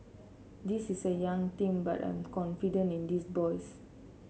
this is a young team but I am confident in these boys